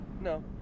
No